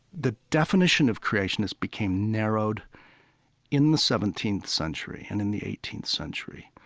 the definition of creationist became narrowed in the seventeenth century and in the eighteenth century.